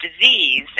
disease